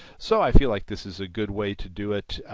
so i feel like this is a good way to do it,